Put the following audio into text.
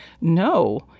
no